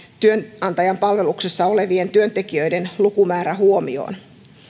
työnantajan palveluksessa olevien työntekijöiden lukumäärä huomioon